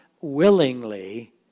willingly